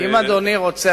אם אדוני רוצה,